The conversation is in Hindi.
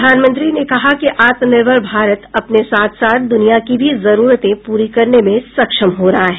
प्रधानमंत्री ने कहा कि आत्मनिर्भर भारत अपने साथ साथ दुनिया की भी जरूरतें पूरी करने में सक्षम हो रहा है